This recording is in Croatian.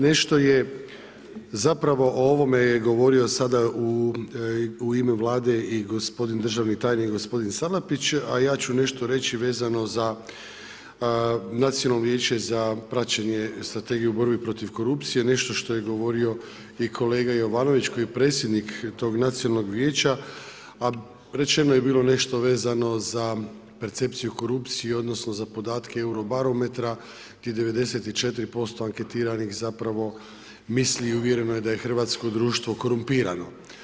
Nešto je zapravo o ovome je govorio sada u ime Vlade i gospodin državni tajnik gospodin Salapić, a ja ću nešto reći vezano za Nacionalno vijeće za praćenje Strategije u borbi protiv korupcije nešto što je govorio i kolega Jovanović koji je predsjednik tog Nacionalnog vijeća, a rečeno je bilo nešto vezano za percepciju korupcije odnosno za podatke Euro barometra gdje 94% anketiranih zapravo misli i uvjereno je da je hrvatsko društvo korumpirano.